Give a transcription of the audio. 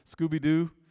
Scooby-Doo